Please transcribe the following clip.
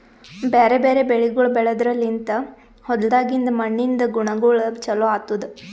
ಬ್ಯಾರೆ ಬ್ಯಾರೆ ಬೆಳಿಗೊಳ್ ಬೆಳೆದ್ರ ಲಿಂತ್ ಹೊಲ್ದಾಗಿಂದ್ ಮಣ್ಣಿನಿಂದ ಗುಣಗೊಳ್ ಚೊಲೋ ಆತ್ತುದ್